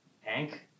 Hank